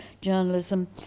journalism